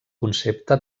concepte